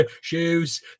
shoes